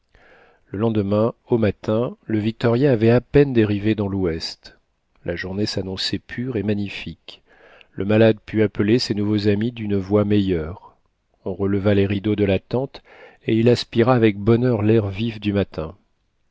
le lendemain au matin le victoria avait à peine dérivé dans l'ouest la journée s'annonçait pure et magnifique le malade put appeler ses nouveaux amis d'une voix meilleure on releva les rideaux de la tente et il aspira avec bonheur l'air vif du matin